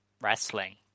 wrestling